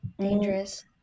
Dangerous